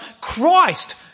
Christ